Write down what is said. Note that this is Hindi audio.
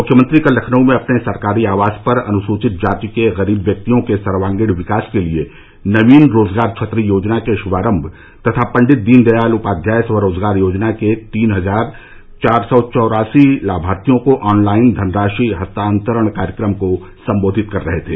मुख्यमंत्री कल लखनऊ में अपने सरकारी आवास पर अनुसूचित जाति के गरीब व्यक्तियों के सर्वांगीण विकास के लिये नवीन रोजगार छतरी योजना के शुभारम्म तथा पंडित दीन दयाल उपाध्याय स्वरोजगार योजना के तीन हजार चार सौ चौरासी लाभार्थियों को ऑनलाइन धनराशि हस्तांतरण कार्यक्रम को संबोधित कर रहे थे